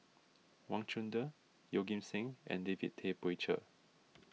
Wang Chunde Yeoh Ghim Seng and David Tay Poey Cher